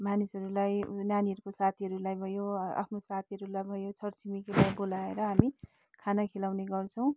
मानिसहरूलाई उ नानीहरूको साथीहरूलाई भयो आफ्नो साथीहरूलाई भयो छरछिमेकीलाई बोलाएर हामी खाना ख्वाउने गर्छौँ